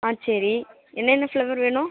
ஆ சரி என்னென்ன ஃப்ளவர் வேணும்